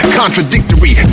contradictory